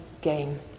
game